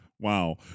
Wow